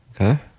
Okay